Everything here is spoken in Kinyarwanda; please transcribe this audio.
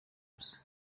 busa